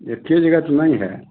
एक जगह तो नहीं है